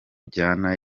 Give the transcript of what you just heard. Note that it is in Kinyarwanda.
njyana